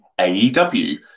AEW